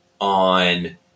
on